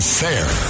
fair